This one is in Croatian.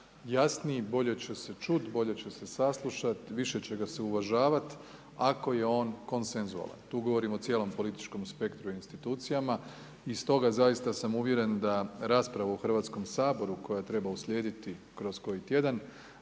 jasniji, bolje će se čut, bolje će se saslušat, više će ga se uvažavat, ako je on konsenzualan. Tu govorimo o cijelom političkom spektru institucijama i stoga zaista sam uvjeren da raspravu u hrvatskom Saboru koja treba uslijediti kroz koji tjedan,